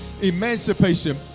emancipation